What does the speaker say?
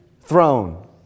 throne